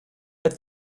that